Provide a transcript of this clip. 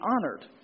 honored